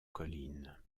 colline